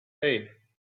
hei